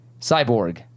Cyborg